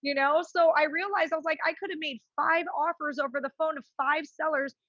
you know? so i realized i was like, i could've made five offers over the phone of five sellers.